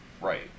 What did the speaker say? Right